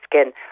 skin